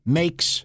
makes